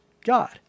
God